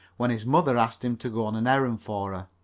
when his mother asked him to go on an errand for her.